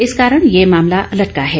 इस कारण यह मामला लटका है